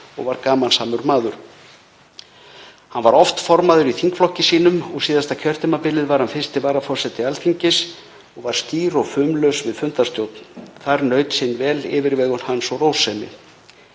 og var gamansamur maður. Hann var oft formaður í þingflokki sínum og síðasta kjörtímabilið var hann 1. varaforseti Alþingis og var skýr og fumlaus við fundarstjórn. Þar naut sín vel yfirvegun hans og rósemi.